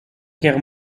guerre